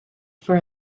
for